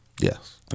Yes